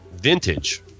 vintage